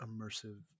immersive